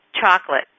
Chocolate